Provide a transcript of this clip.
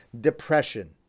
depression